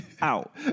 out